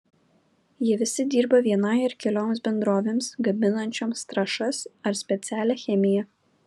jie visi dirba vienai ar kelioms bendrovėms gaminančioms trąšas ar specialią chemiją